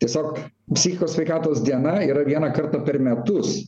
tiesiog psichikos sveikatos diena yra vieną kartą per metus